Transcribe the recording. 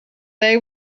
they